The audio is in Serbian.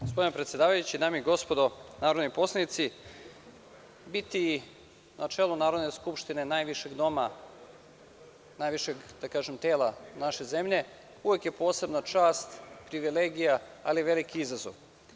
Gospodine predsedavajući, dame i gospodo narodni poslanici, biti na čelu Narodne skupštine, najvišeg doma, najvišeg tela naše zemlje uvek je posebna čast, privilegija, ali i veliki izazov.